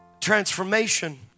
transformation